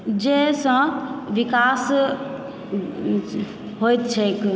जाहिसँ विकास होयत छैक